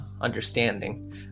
understanding